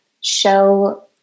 show